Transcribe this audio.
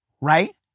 right